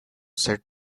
said